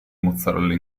mozzarelle